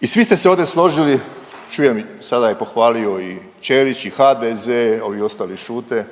I svi ste se ovdje složili čujem i sada pohvalio i Ćelić i HDZ, ovi ostali šute